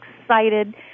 excited